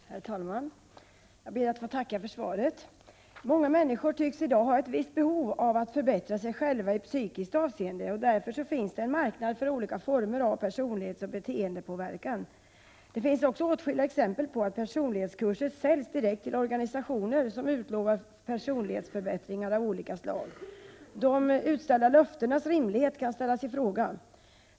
Herr talman! Jag ber att få tacka för svaret! Många människor tycks i dag ha ett visst behov av att förbättra sig själva i psykiskt avseende, och därför finns det en marknad för olika former av personlighetsoch beteendepåverkan. Det finns också åtskilliga exempel på att personlighetskurser säljs direkt till organisationer som utlovar personlighetsförbättringar av olika slag. De utställda löftenas rimlighet kan sättas i fråga.